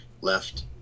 left